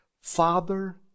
Father